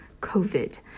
COVID